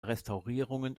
restaurierungen